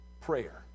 prayer